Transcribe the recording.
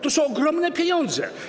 To są ogromne pieniądze.